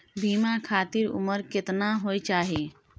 बीमा खातिर उमर केतना होय चाही?